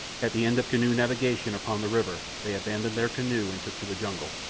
at the end of canoe navigation upon the river, they abandoned their canoe and took to the jungle.